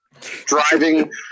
driving